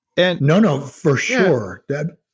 and no, no for sure that.